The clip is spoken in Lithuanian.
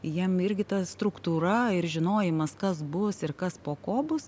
jiem irgi ta struktūra ir žinojimas kas bus ir kas po ko bus